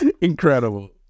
incredible